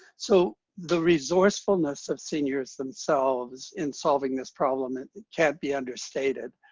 so the resourcefulness of seniors themselves in solving this problem and and can't be understated.